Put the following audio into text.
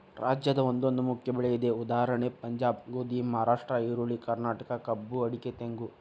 ರಾಜ್ಯದ ಒಂದೊಂದು ಮುಖ್ಯ ಬೆಳೆ ಇದೆ ಉದಾ ಪಂಜಾಬ್ ಗೋಧಿ, ಮಹಾರಾಷ್ಟ್ರ ಈರುಳ್ಳಿ, ಕರ್ನಾಟಕ ಕಬ್ಬು ಅಡಿಕೆ ತೆಂಗು